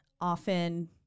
often